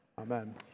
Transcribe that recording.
amen